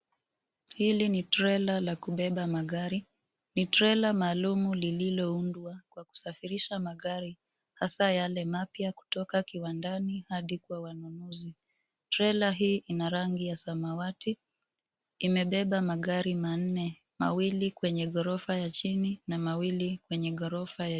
Hili ni trela la kubeba magari. Ni trela maalum lililoundwa kusafirisha magari, hasaa yale mapya kutoka kiwandani hadi kwa wanunuzi. Trela hii inarangi ya samawati, imebeba magari manne, mawili kwenye ghorofa ya chini na mawili kwenye ghorofa ya juu.